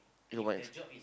you don't mind